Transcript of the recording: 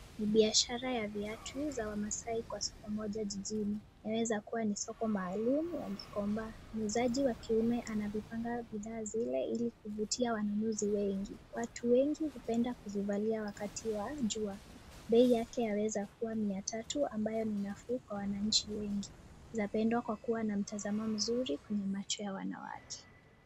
Ni biashara ya viatu vya wamaasai kwa soko moja jijini , yaweza kuwa ni soko maalum ya gikomba, muuzaji wa kiume anavipanga bithaa zile ili kuvutia wanunuzi wengi. Watu wengi hupenda kuzivalia wakati wa jua ,bei yake yaweza kuwa mia tatu ambayo ni nafuu kwa wananchi wengi ,inapendwa kwa kuwa na mtazamo mzuri kwenye macho ya wanawake.